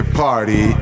party